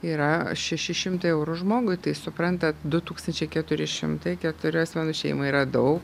yra šeši šimtai eurų žmogui tai suprantat du tūkstančiai keturi šimtai keturių asmenų šeimai yra daug